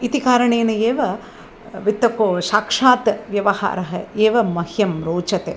इति कारणेन एव वित्तकोषात् व्यवहारः एव मह्यं रोचते